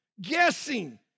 guessing